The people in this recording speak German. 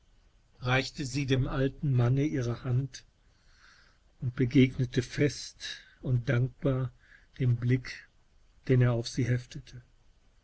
reichte sie dem alten manne ihre hand und begegnete fest und dankbar dem blick deneraufsieheftete o fahrensiefort sagtesie